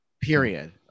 Period